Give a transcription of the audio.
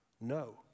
No